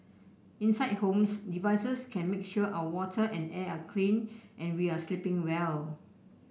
inside homes devices can make sure our water and air are clean and we are sleeping well